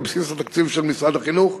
לבסיס התקציב של משרד החינוך,